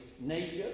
nature